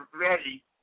ready